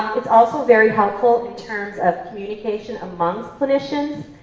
it's also very helpful in terms of communication among clinicians.